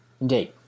Indeed